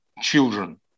children